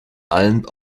allen